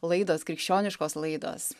laidos krikščioniškos laidos